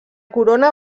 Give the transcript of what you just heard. corona